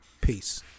Peace